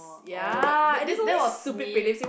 oh but that that was me